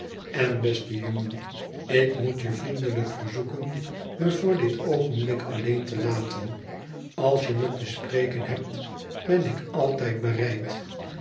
en beste jongen ik moet je vriendelijk verzoeken me voor dit oogenblik alleen te laten als je me te spreken hebt ben ik altijd bereid